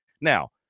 Now